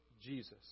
Jesus